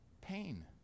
Pain